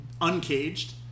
Uncaged